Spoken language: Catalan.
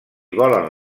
volen